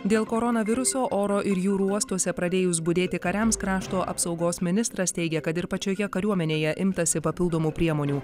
dėl koronaviruso oro ir jūrų uostuose pradėjus budėti kariams krašto apsaugos ministras teigia kad ir pačioje kariuomenėje imtasi papildomų priemonių